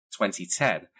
2010